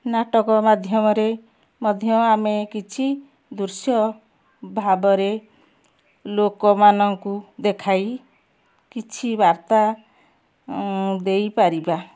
ନାଟକ ମାଧ୍ୟମରେ ମଧ୍ୟ ଆମେ କିଛି ଦୃଶ୍ୟ ଭାବରେ ଲୋକମାନଙ୍କୁ ଦେଖାଇ କିଛି ବାର୍ତ୍ତା ଦେଇ ପାରିବା